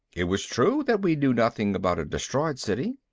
it was true that we knew nothing about a destroyed city.